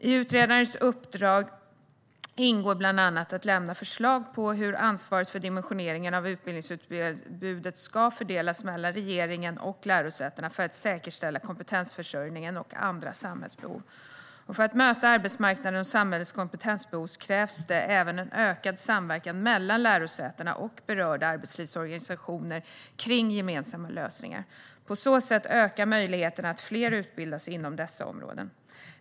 I utredarens uppdrag ingår bland annat att lämna förslag på hur ansvaret för dimensioneringen av utbildningsutbudet ska fördelas mellan regeringen och lärosätena för att säkerställa kompetensförsörjningen och andra samhällsbehov. För att möta arbetsmarknadens och samhällets kompetensbehov krävs det även en ökad samverkan mellan lärosäten och berörda arbetslivsorganisationer kring gemensamma lösningar. På så sätt ökar möjligheterna att fler utbildas inom dessa områden.